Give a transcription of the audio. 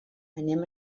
anem